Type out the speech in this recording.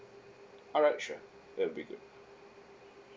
alright sure that will be good